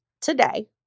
today